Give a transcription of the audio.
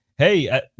Hey